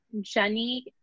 Jenny